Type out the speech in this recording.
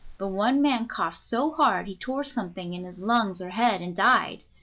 but one man coughed so hard he tore something in his lungs or head and died.